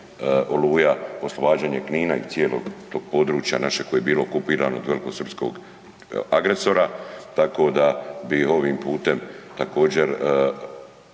Oluja, oslobađanje Knina i cijelog tog područja naše koje je bilo okupirano od velikosrpskog agresora, tako da bi ovim putem također